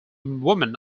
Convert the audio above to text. woman